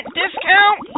discount